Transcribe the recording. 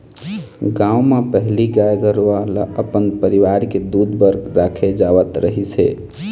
गाँव म पहिली गाय गरूवा ल अपन परिवार के दूद बर राखे जावत रहिस हे